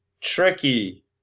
Tricky